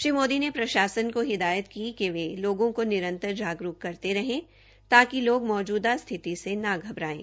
श्री मोदी ने प्रशासन को हिदायत की कि वे लोगों को निरंतर जागरूक करते रहे ताकि लोग मौजूदा स्थिति से न घबरायें